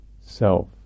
self